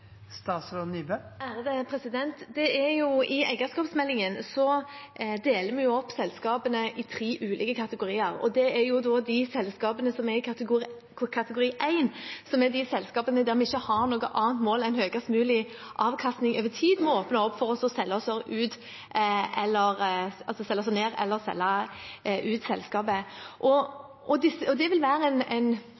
I eierskapsmeldingen deler vi opp selskapene i tre ulike kategorier, og det er de selskapene som er i kategori 1, som er de selskapene der vi ikke har noe annet mål enn høyest mulig avkastning over tid ved å åpne opp for å selge oss ned eller selge ut selskapet. Det vil være en markedsmessig og